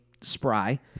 spry